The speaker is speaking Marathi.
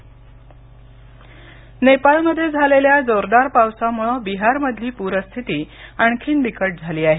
बिहार पुर नेपाळमध्ये झालेल्या जोरदार पावसामुळं बिहारमधली पूरस्थिती आणखीन बिकट झाली आहे